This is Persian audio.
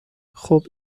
خوب